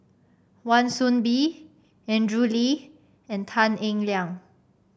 Wan Soon Bee Andrew Lee and Tan Eng Liang